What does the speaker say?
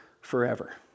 forever